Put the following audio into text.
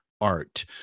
art